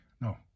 no